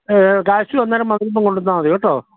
കാശും അന്നേരം വരുമ്പോൾ കൊണ്ടുവന്നാൽ മതി കേട്ടോ